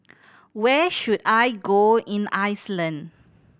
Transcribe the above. where should I go in Iceland